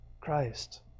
Christ